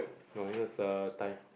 no it is a time